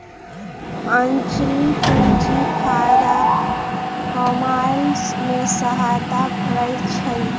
आंचल पूंजी फयदा कमाय में सहयता करइ छै